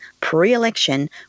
pre-election